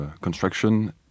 construction